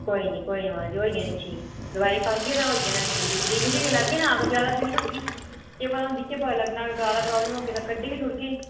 कोई नीं कोई नीं मां होई जानी ठीक दबाई खाह्गे ना होई जानी ठीक टीके शीके बी लाह्गे ना अगर ज्याादा पीड़ होगी केह् पता हून दिक्खी पता लग्गना अगर ज्यादा प्राब्लम होगी तां कड्ढी बी छोड़गे